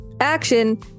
action